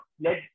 let